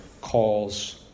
calls